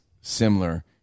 similar